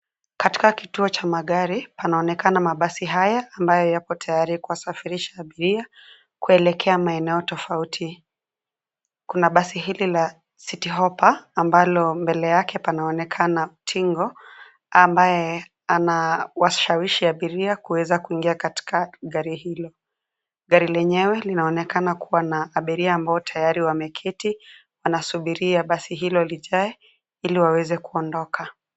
Katika kituo cha magari panaonekana mabasi haya, ambayo yako tayari kuwasafirisha abiria kuelekea maeneo tofauti. Kuna basi hili la citi hoppa ambalo mbele yake panaonekana utingo, ambaye anawashawishi abiria kuweza kuingia katika gari hilo. Gari lenyewe linaonekana kuwa na abiria ambao tayari wameketi, wanasubiria basi hilo lijae ili waweze kuondoka.